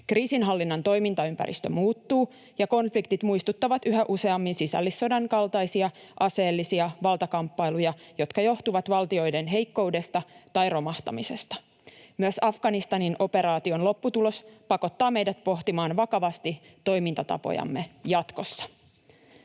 Kriisinhallinnan toimintaympäristö muuttuu, ja konfliktit muistuttavat yhä useammin sisällissodan kaltaisia aseellisia valtakamppailuja, jotka johtuvat valtioiden heikkoudesta tai romahtamisesta. Myös Afganistanin operaation lopputulos pakottaa meidät pohtimaan vakavasti toimintatapojamme jatkossa.